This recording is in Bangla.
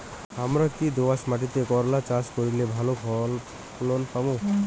হামরা কি দোয়াস মাতিট করলা চাষ করি ভালো ফলন পামু?